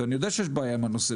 ואני יודע שיש בעיה עם הנושא,